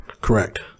Correct